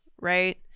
right